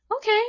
okay